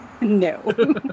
No